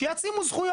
שיעצימו זכויות.